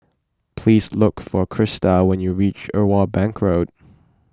please look for Christa when you reach Irwell Bank Road